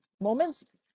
moments